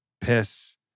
piss